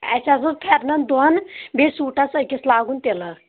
اَسہ حظ اوس پھٮ۪رنَن دۄن بیٚیہِ سوٗٹَس أکِس لاگُن تِلہٕ